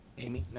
amy.